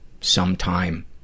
sometime